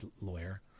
lawyer